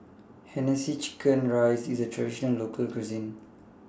Hainanese Chicken Rice IS A Traditional Local Cuisine